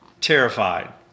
terrified